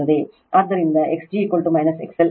ಆದ್ದರಿಂದ x g XL ಅಂದರೆ x g XL 0 ಎಂದು